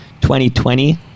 2020